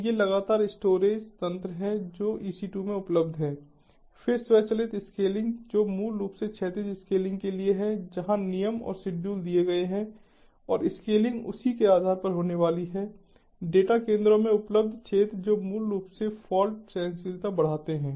तो ये लगातार स्टोरेज तंत्र हैं जो EC2 में उपलब्ध हैं फिर स्वचालित स्केलिंग जो मूल रूप से क्षैतिज स्केलिंग के लिए है जहाँ नियम और शेड्यूल दिए गए हैं और स्केलिंग उसी के आधार पर होने वाली है डेटा केंद्रों में उपलब्ध क्षेत्र जो मूल रूप से फाल्ट सहनशीलता बढ़ाते हैं